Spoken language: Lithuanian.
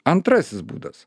antrasis būdas